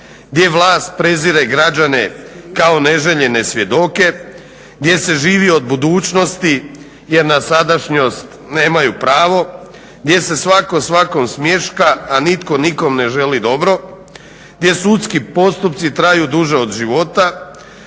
gdje vlast prezire građane kao neželjene svjedoke, gdje se živi od budućnosti jer na sadašnjost nemaju pravo, gdje se svako svakom smješka a nitko nikom ne želi dobro, gdje sudski postupci traju duže od života,